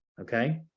Okay